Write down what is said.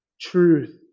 Truth